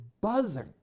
buzzing